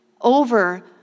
over